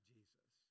Jesus